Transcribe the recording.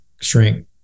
shrink